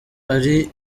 ari